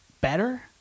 better